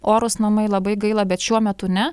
orūs namai labai gaila bet šiuo metu ne